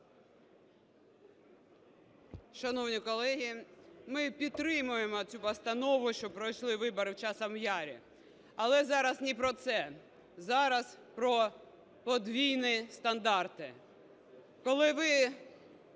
Шановні колеги, ми підтримуємо цю постанову, щоб пройшли вибори в Часовому Яру. Але зараз не про це, зараз про подвійні стандарти.